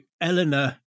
Eleanor